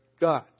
God